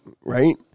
right